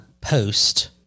post